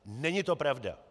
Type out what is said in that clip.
Není to pravda.